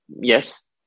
yes